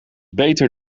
beter